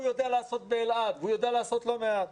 יודע לעשות באלעד והוא יודע לעשות לא מעט.